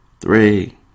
Three